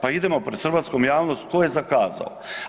Pa idemo pred hrvatskom javnosti tko je zakazao.